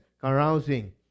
carousing